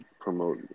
promote